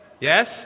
Yes